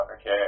okay